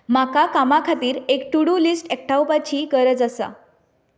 म्हाका कामा खातीर एक टू डू लिस्ट एकठांवपाची गरज आसा